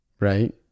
right